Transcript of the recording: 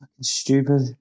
stupid